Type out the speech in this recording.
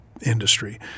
industry